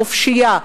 חופשייה,